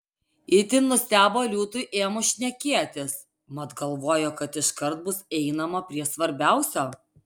itin nustebo liūtui ėmus šnekėtis mat galvojo kad iškart bus einama prie svarbiausio